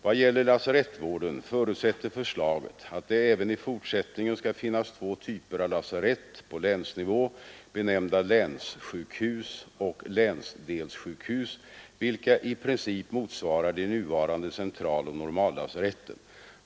Vad gäller lasarettsvården förutsätter förslaget att det även i fortsättningen skall finnas två typer av lasarett på länsnivå, benämnda länssjukhus och länsdelssjukhus, vilka i princip motsvarar de nuvarande centraloch normallasaretten.